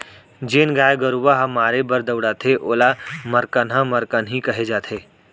जेन गाय गरूवा ह मारे बर दउड़थे ओला मरकनहा मरकनही कहे जाथे